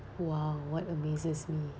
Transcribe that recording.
!wow! what amazes me